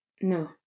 No